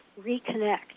reconnect